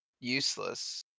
useless